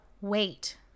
wait